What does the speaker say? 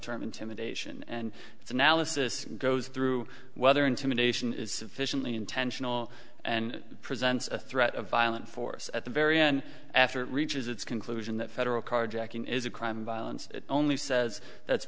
term intimidation and its analysis goes through whether intimidation is sufficiently intentional and presents a threat of violent force at the very end after it reaches its conclusion that federal carjacking is a crime and violence only says that's